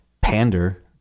pander